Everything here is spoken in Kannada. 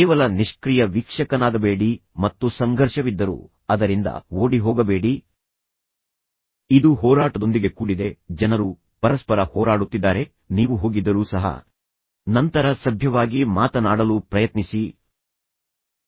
ಕೇವಲ ನಿಷ್ಕ್ರಿಯ ವೀಕ್ಷಕನಾಗಬೇಡಿ ಮತ್ತು ಸಂಘರ್ಷವಿದ್ದರೂ ಅದರಿಂದ ಓಡಿಹೋಗಬೇಡಿ ಇದು ಹೋರಾಟದೊಂದಿಗೆ ಕೂಡಿದೆ ಜನರು ಪರಸ್ಪರ ಹೋರಾಡುತ್ತಿದ್ದಾರೆ ನೀವು ಹೋಗಿದ್ದರೂ ಸಹ ನಂತರ ಸಭ್ಯವಾಗಿ ಮಾತನಾಡಲು ಪ್ರಯತ್ನಿಸಿ ಹೆಚ್ಚಿನ ಬಾರಿ ಜನರು ನಿಮ್ಮನ್ನು ಹೊಡೆಯುವುದಿಲ್ಲ